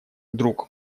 друг